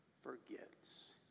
forgets